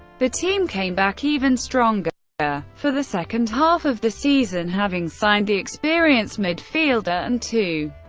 the team came back even stronger but for the second half of the season, having signed the experienced midfielder and two.